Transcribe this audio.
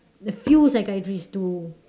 a few psychiatrist to